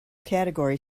category